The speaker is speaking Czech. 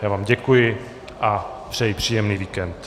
Já vám děkuji a přeji příjemný víkend.